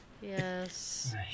Yes